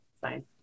Fine